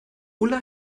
ulla